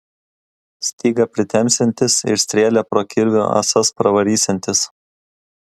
stygą pritempsiantis ir strėlę pro kirvių ąsas pravarysiantis